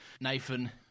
Nathan